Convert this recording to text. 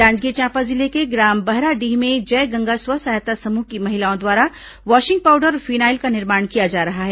जांजगीर चांपा जिले के ग्राम बहराडीह में जय गंगा स्व सहायता समूह की महिलाओं द्वारा वाशिंग पाउडर और फिनाइल का निर्माण किया जा रहा है